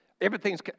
Everything's